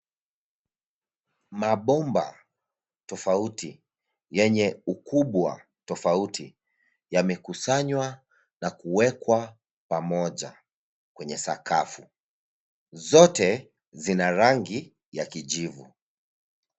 Mabomba tofauti yenye ukubwa tofauti yamekusanywa na kuwekwa pamoja kwenye sakafu zote zina rangi ya kijivu.